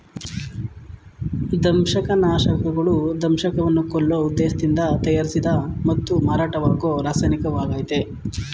ದಂಶಕನಾಶಕಗಳು ದಂಶಕವನ್ನ ಕೊಲ್ಲೋ ಉದ್ದೇಶ್ದಿಂದ ತಯಾರಿಸಿದ ಮತ್ತು ಮಾರಾಟವಾಗೋ ರಾಸಾಯನಿಕವಾಗಯ್ತೆ